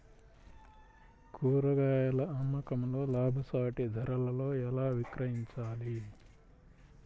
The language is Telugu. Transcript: కూరగాయాల అమ్మకంలో లాభసాటి ధరలలో ఎలా విక్రయించాలి?